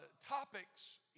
topics